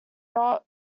slow